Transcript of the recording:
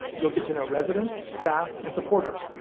you'll get to know residents, staff, and supporters,